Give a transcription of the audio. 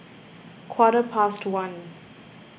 quarter past one